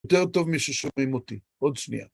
יותר טוב מששומעים אותי. עוד שנייה.